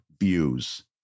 views